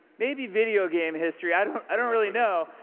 maybe videogame history, i don't i don't really know.